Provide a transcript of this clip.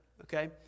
Okay